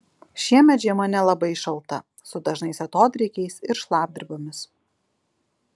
šiemet žiema nelabai šalta su dažnais atodrėkiais ir šlapdribomis